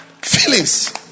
Feelings